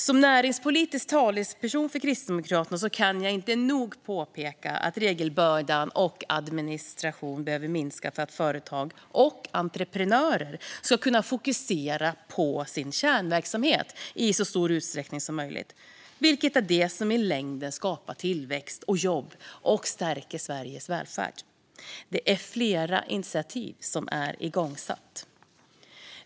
Som näringspolitisk talesperson för Kristdemokraterna kan jag inte nog påpeka att regelbördan och administrationen behöver minska för att företag och entreprenörer ska kunna fokusera på sin kärnverksamhet i så stor utsträckning som möjligt, vilket är det som i längden skapar tillväxt och jobb och stärker Sveriges välfärd. Det är flera initiativ som är igångsatta.